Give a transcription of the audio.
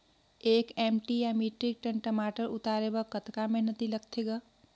एक एम.टी या metric tonne टमाटर उतारे बर कतका मेहनती लगथे ग?